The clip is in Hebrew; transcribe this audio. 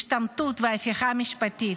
השתמטות וההפיכה המשפטית,